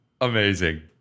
amazing